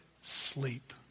sleep